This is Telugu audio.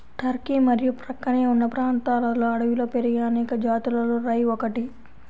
టర్కీ మరియు ప్రక్కనే ఉన్న ప్రాంతాలలో అడవిలో పెరిగే అనేక జాతులలో రై ఒకటి